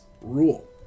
rule